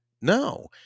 No